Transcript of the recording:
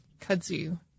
kudzu